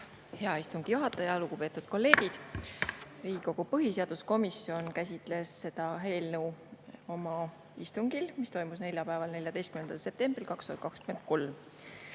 Hea istungi juhataja! Lugupeetud kolleegid! Riigikogu põhiseaduskomisjon käsitles seda eelnõu oma istungil, mis toimus neljapäeval, 14. septembril 2023.